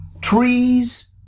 Trees